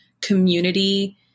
community